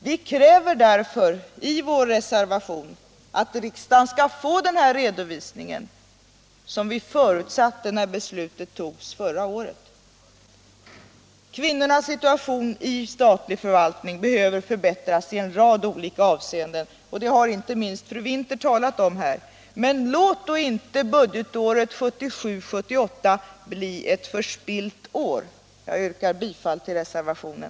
Vi kräver därför i vår reservation att riksdagen skall få den redovisning som vi förutsatte när beslutet togs förra året. Kvinnornas situation i statlig förvaltning behöver förbättras i en rad olika avseenden, och det har inte minst fru Winther talat om här. Låt då inte budgetåret 1977/78 bli ett förspillt år. Jag yrkar bifall till reservationen.